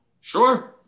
Sure